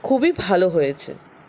খুবই ভালো হয়েছে